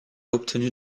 obtenu